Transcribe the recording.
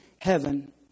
heaven